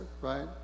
right